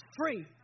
free